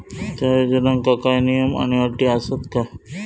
त्या योजनांका काय नियम आणि अटी आसत काय?